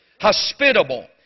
hospitable